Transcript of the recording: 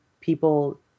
people